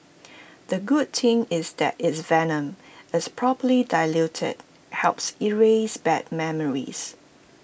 the good thing is that it's venom is properly diluted helps erase bad memories